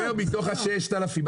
אני אומר מתוך ה-6,000,